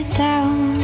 down